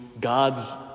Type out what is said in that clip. God's